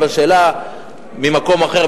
אבל השאלה ממקום אחר,